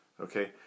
Okay